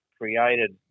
created